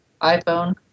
iPhone